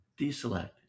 deselect